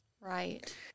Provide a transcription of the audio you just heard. right